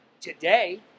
today